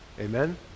Amen